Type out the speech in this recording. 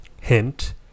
hint